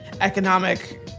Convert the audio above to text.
economic